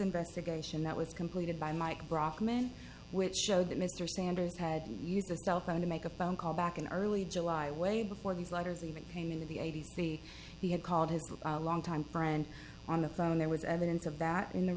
investigation that was completed by mike brockman which showed that mr sanders had used the cell phone to make a phone call back in early july way before these letters even came into the a b c he had called his longtime friend on the phone there was evidence of that in the